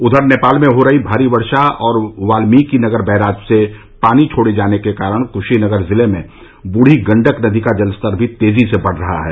उधर नेपाल में हो रही भारी वर्षा और वाल्मीकि नगर बैराज से पानी छोड़े जाने के कारण कुशीनगर जिले में बूढ़ी गण्डक नदी का जलस्तर भी तेजी से बढ़ रहा है